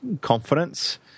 confidence